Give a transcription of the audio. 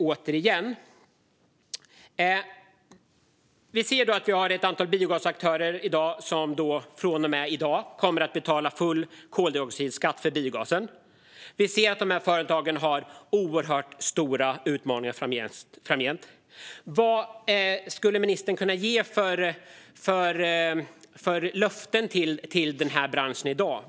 Det finns ett antal biogasaktörer som från och med i dag kommer att betala full koldioxidskatt för biogasen. Dessa företag har oerhört stora utmaningar framöver. Vad kan ministern ge för löften till den här branschen i dag?